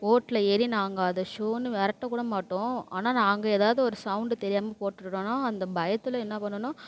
ஓட்டில் ஏறி நாங்கள் அதை சூன்னு விரட்டக்கூட மாட்டோம் ஆனால் நாங்கள் எதாவது ஒரு சவுண்டு தெரியாமல் போட்டுட்டோன்னா அந்த பயத்தில் என்ன பண்ணணுன்னா